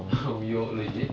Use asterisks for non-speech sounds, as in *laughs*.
*laughs* you legit